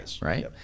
Right